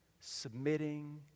submitting